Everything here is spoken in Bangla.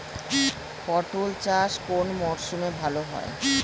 পটল চাষ কোন মরশুমে ভাল হয়?